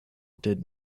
did